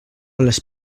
les